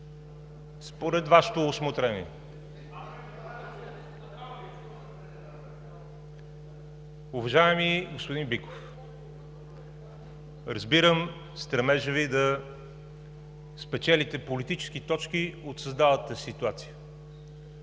Според Вашето усмотрение. (Шум и реплики.) Уважаеми господин Биков, разбирам стремежа Ви да спечелите политически точки от създалата се ситуация.